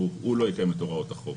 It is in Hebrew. הוא לא יקיים את הוראות החוק.